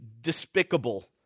despicable